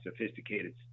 sophisticated